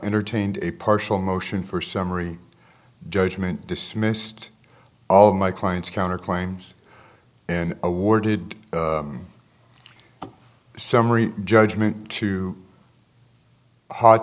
entertained a partial motion for summary judgment dismissed all of my client's counter claims and awarded summary judgment to ho